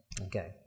Okay